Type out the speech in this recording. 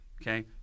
Okay